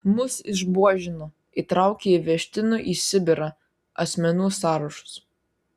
mus išbuožino įtraukė į vežtinų į sibirą asmenų sąrašus